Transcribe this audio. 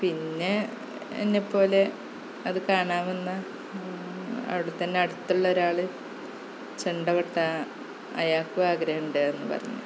പിന്നെ എന്നെപ്പോലെ അത് കാണാന് വന്ന അവിടെത്തന്നെ അടുത്തുള്ള ഒരാൾ ചെണ്ട കൊട്ടാന് അയാള്ക്കും ആഗ്രഹമുണ്ടായിരുന്നു പറഞ്ഞ്